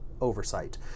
oversight